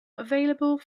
available